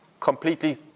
Completely